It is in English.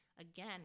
Again